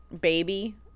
baby